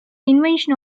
invention